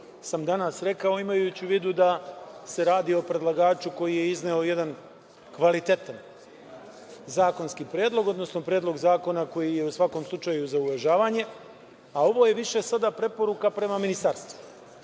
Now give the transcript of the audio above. sam danas rekao, a imajući u vidu da se radi o predlagaču koji je izneo jedan kvalitetan zakonski predlog, odnosno Predlog zakona koji je u svakom slučaju za uvažavanje. Ovo je više sada preporuka prema ministarstvu,